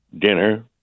dinner